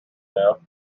know